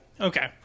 Okay